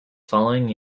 following